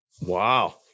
Wow